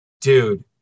dude